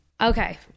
Okay